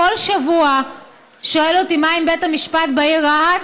שבוע שואל אותי מה עם בית המשפט בעיר רהט,